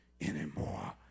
anymore